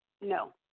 No